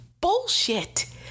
bullshit